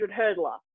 hurdler